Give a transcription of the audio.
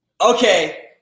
okay